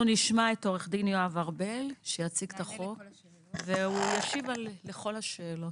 אנחנו נשמע את עורך דין יואב ארבל שיציג את החוק והוא ישיב לכל השאלות.